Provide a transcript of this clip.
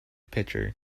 pitcher